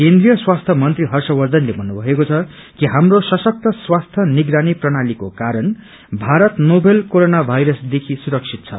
केन्द्रीय स्वास्थ्य मन्त्री हर्षवर्छनले भन्नुभएको छ कि झप्रो सशक्त स्वास्क्य निगरानी प्रणालीको कारण भारत नोवेल कोरोना भाइरसदेखि सुरक्षित छ